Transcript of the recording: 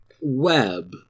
web